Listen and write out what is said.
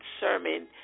sermon